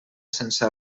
sense